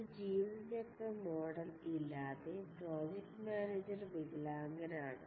ഒരു ജീവിത ചക്ര മോഡൽ ഇല്ലാതെ പ്രോജക്ട് മാനേജർ വികലാംഗനാണ്